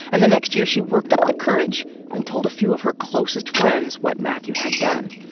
and the next year she worked up the courage and told a few of her closest friends what mathew had done.